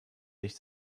dich